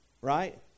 right